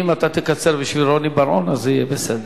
אם אתה תקצר בשביל רוני בר-און, אז זה יהיה בסדר.